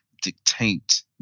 dictate